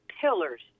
pillars